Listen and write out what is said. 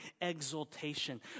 exaltation